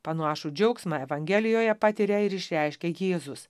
panašų džiaugsmą evangelijoje patiria ir išreiškia jėzus